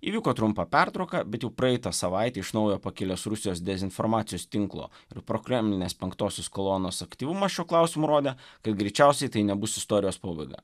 įvyko trumpa pertrauka bet jau praeitą savaitę iš naujo pakilęs rusijos dezinformacijos tinklo ir prokremlinės penktosios kolonos aktyvumas šiuo klausimu rodė kad greičiausiai tai nebus istorijos pabaiga